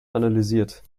analysiert